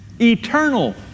eternal